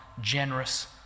generous